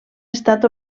estat